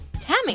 Tammy